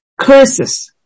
Curses